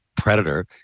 predator